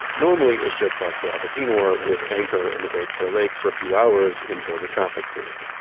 normally a ship like the agapenor would anchor in the great bitter lake for a few hours until the traffic cleared.